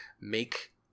make